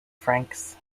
franks